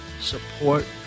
support